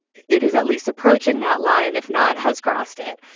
it it is at least approaching that line, if not has crossed it.